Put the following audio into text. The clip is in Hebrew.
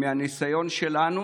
מהניסיון שלנו,